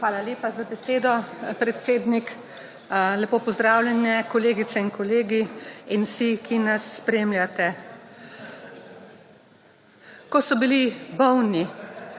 Hvala lepa za besedo, predsednik. Lepo pozdravljeni, kolegice in kolegi ter vsi, ki nas spremljate! Ko so bili bolni